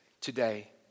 today